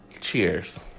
cheers